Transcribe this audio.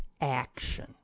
action